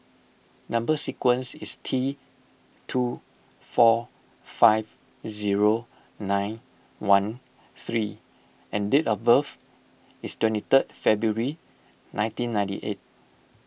Number Sequence is T two four five zero nine one three and date of birth is twenty third February nineteen ninety eight